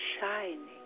shining